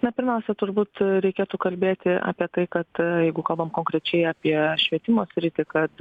na pirmiausia turbūt reikėtų kalbėti apie tai kad jeigu kalbam konkrečiai apie švietimo sritį kad